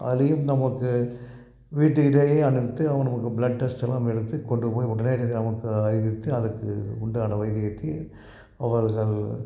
அதுலேயும் நமக்கு வீட்டுக்கிட்டேயே அழைத்து அவன் நமக்கு ப்ளட் டெஸ்ட் எல்லாம் எடுத்து கொண்டு போய் உடனடியாக நமக்கு அறிவித்து அதற்கு உண்டான வைத்தியத்தை அவர்கள்